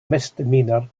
misdemeanor